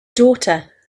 daughter